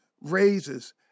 raises